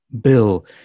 Bill